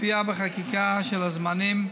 קביעה בחקיקה של הזמנים,